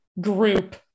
group